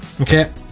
okay